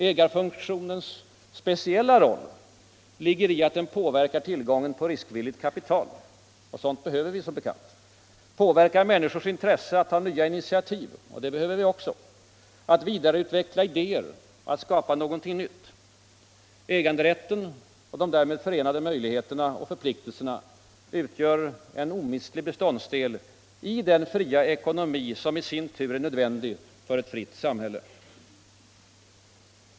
Ägarfunktionens speciella roll ligger i att den påverkar tillgången på riskvilligt kapital — och sådant behöver vi som bekant — och människors intresse att ta nya initiativ, att vidareutveckla idéer och att skapa någonting nytt, och det behöver vi också. Äganderätten och de därmed förenade möjligheterna och förpliktelserna utgör en omistlig beståndsdel i den fria ekonomi som i sin tur är nödvändig för ett fritt samhälle.